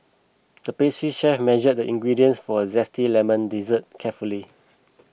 the pastry chef measured the ingredients for a Zesty Lemon Dessert carefully